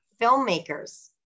filmmakers